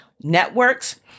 networks